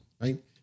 Right